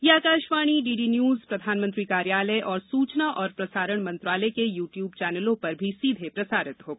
यह आकाशवाणी डीडीन्यूज प्रधानमंत्री कार्यालय तथा सूचना और प्रसारण मंत्रालय के यूट्यूब चैनलों पर भी सीधे प्रसारित होगा